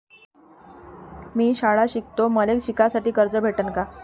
मी शाळा शिकतो, मले शिकासाठी कर्ज भेटन का?